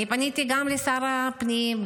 אני פניתי גם לשר הפנים,